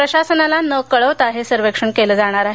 प्रशासनाला न कळवता हे सर्वेक्षण केलं जाणार आहे